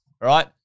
right